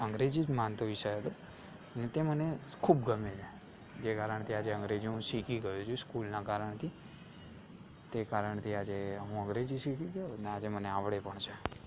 અંગ્રેજી જ માનીતો વિષય હતો ને તે મને ખૂબ ગમે છે એ કારણથી આજે અંગ્રેજી હું શીખી ગયો છું સ્કૂલનાં કારણથી તે કારણથી હું અંગ્રેજી શીખી ગયો અને આજે ને આવડે પણ છે